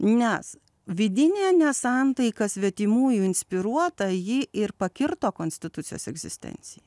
nes vidinė nesantaika svetimųjų inspiruota ji ir pakirto konstitucijos egzistenciją